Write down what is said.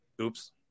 Oops